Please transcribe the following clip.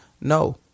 No